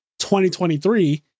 2023